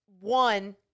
One